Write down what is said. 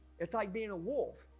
it's like being a wolf,